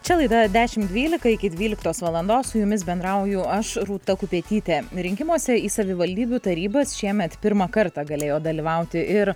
čia laida dešim dvylika iki dvyliktos valandos su jumis bendrauju aš rūta kupetytė rinkimuose į savivaldybių tarybas šiemet pirmą kartą galėjo dalyvauti ir